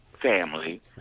family